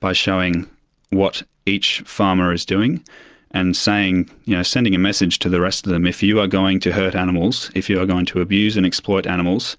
by showing what each farmer is doing and you know sending a message to the rest of them if you are going to hurt animals, if you are going to abuse and exploit animals,